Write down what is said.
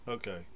Okay